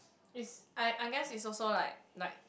is I I guess is also like like